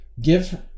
give